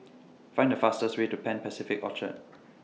Find The fastest Way to Pan Pacific Orchard